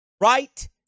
Right